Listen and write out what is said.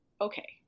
okay